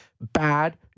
bad